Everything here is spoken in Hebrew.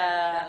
עבורנו.